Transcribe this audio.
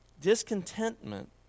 Discontentment